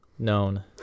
known